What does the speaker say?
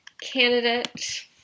candidate